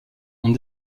ont